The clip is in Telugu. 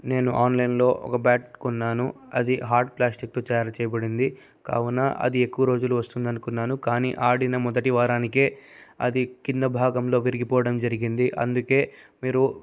నేను ఆన్లైన్లో ఒక బ్యాట్ కొన్నాను అది హాడ్ ప్లాస్టిక్తో తయారు చేయబడింది కావున అది ఎక్కువ రోజులు వస్తుంది అనుకున్నాము కానీ ఆడిన మొదటి వారానికే అది కింద భాగంలో విరిగిపోవడం జరిగింది అందుకే మీరు